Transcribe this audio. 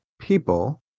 people